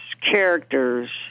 characters